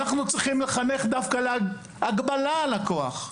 אנחנו צריכים דווקא לחנך להגבלה על הכוח.